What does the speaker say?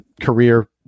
career